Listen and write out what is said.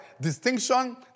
Distinction